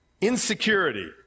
Insecurity